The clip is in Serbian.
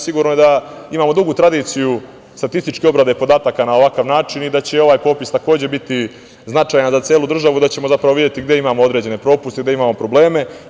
Sigurno je da imamo dugu tradiciju statističke obrade podataka na ovakav način i da će i ovaj popis takođe biti značajan za celu državu, da ćemo videti gde imamo određene propuste, gde imamo probleme.